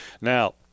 Now